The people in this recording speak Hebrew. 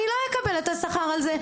אני לא אקבל את השכר הזה.